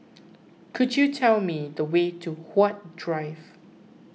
could you tell me the way to Huat Drive